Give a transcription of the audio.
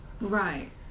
Right